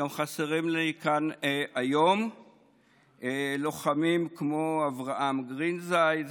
גם חסרים לי כאן היום לוחמים כמו אברהם גרינזייד,